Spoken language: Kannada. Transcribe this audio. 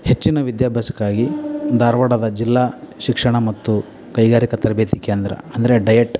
ಹೆಚ್ಚಿನ ವಿದ್ಯಾಭ್ಯಾಸಕ್ಕಾಗಿ ಧಾರವಾಡದ ಜಿಲ್ಲಾ ಶಿಕ್ಷಣ ಮತ್ತು ಕೈಗಾರಿಕಾ ತರಬೇತಿ ಕೇಂದ್ರ ಅಂದರೆ ಡಯಟ್